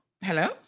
Hello